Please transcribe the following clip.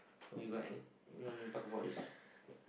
so you got any you want me to talk about this